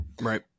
Right